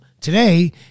today